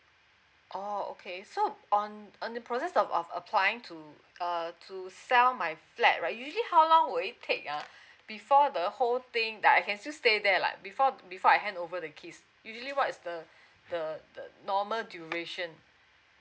oh okay so on the process of of applying to uh to sell my flat right usually how long will it take uh before the whole thing that I can still stay there like before before I hand over the keys usually what's the the normal duration